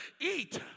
eat